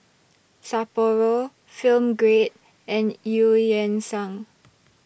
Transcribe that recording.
Sapporo Film Grade and EU Yan Sang